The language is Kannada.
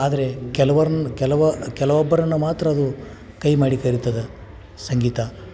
ಆದರೆ ಕೆಲವರ್ನ ಕೆಲವು ಕೆಲವೊಬ್ಬರನ್ನನ್ನು ಮಾತ್ರ ಅದು ಕೈ ಮಾಡಿ ಕರೀತದೆ ಸಂಗೀತ